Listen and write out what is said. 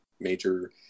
major